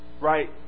Right